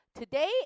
Today